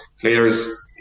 players